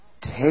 take